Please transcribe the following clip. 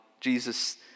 Jesus